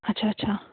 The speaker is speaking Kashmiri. اَچھا اَچھا